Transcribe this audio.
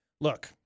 look